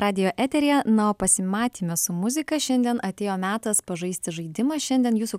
radijo eteryje na o pasimatyme su muzika šiandien atėjo metas pažaisti žaidimą šiandien jūsų